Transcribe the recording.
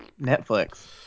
Netflix